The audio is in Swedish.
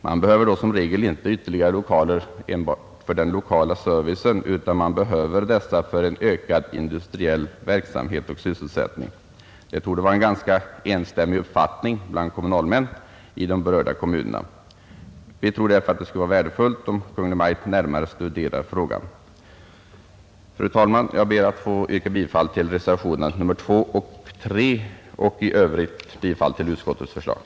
Man behöver då som regel inte några ytterligare lokaler där enbart för lokal service, utan man behöver dem för ökad industriell verksamhet och sysselsättning. Det torde vara en ganska enstämmig uppfattning bland kommunalmän i berörda kommuner. Vi tror därför att det vore värdefullt om Kungl. Maj:t närmare studerade den frågan. Fru talman! Jag ber att få yrka bifall till reservationerna 2 och 3, och i Övrigt yrkar jag bifall till utskottets hemställan.